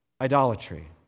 idolatry